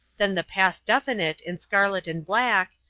then the past definite in scarlet and black,